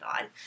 on